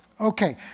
Okay